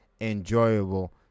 enjoyable